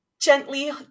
gently